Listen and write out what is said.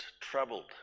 troubled